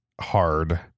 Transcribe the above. hard